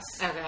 Okay